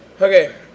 Okay